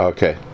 Okay